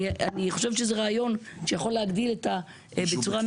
אני חושבת שזה רעיון שיכול להגדיל בצורה מיידית.